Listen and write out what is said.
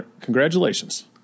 congratulations